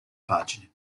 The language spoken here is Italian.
pagine